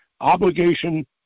Obligation